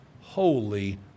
holy